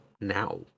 now